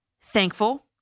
thankful